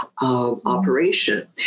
operation